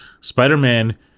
Spider-Man